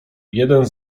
jeden